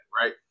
right